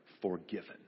forgiven